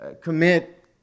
commit